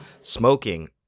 smoking